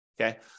okay